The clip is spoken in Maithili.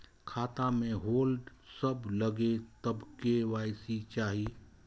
खाता में होल्ड सब लगे तब के.वाई.सी चाहि?